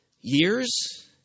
Years